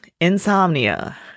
insomnia